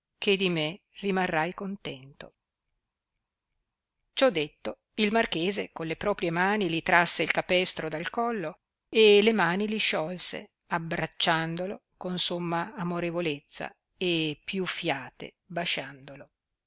che di me rimarrai contento ciò detto il marchese con le propie mani li trasse il capestro dal collo e le mani li sciolse abbracciandolo con somma amorevolezza e più fiate basciandolo